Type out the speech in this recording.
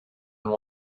than